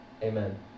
Amen